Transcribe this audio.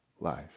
life